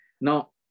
Now